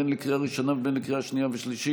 בין לקריאה ראשונה ובין לקריאה שנייה ושלישית,